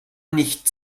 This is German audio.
nicht